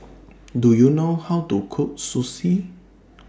Do YOU know How to Cook Sushi